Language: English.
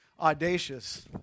audacious